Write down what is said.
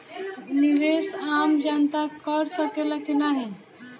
निवेस आम जनता कर सकेला की नाहीं?